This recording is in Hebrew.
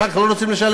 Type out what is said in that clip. אחר כך לא רוצים לשלם,